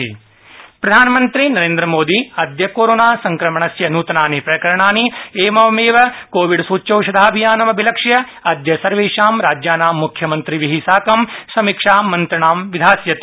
प्रधानमन्त्री उपवेशनम् प्रधानमन्त्री नरेन्द्रमोदी अद्य कोरोना संक्रमणस्य नूतनानि प्रकरणानि सममेव कोविड सूच्यौषधाभियानम् अभिलक्ष्य अदय सर्वेषां राज्यानां मुख्यमंत्रिभि साकं समीक्षा मंत्रणां विधास्यति